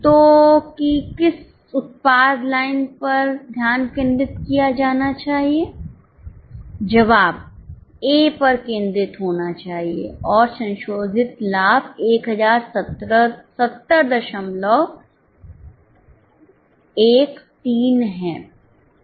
तो कि किस उत्पाद लाइन पर ध्यान केंद्रित किया जाना चाहिए जवाब A पर केंद्रित होना चाहिए और संशोधित लाभ 107013 है ठीक है